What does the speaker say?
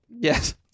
Yes